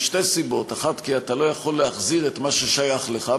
משתי סיבות: 1. כי אתה לא יכול להחזיר את מה ששייך לך,